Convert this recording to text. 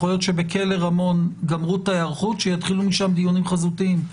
יכול להיות שבכלא רמון גמרו את ההיערכות שיתחילו משם דיונים חזותיים,